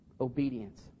obedience